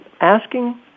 asking